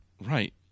Right